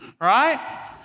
right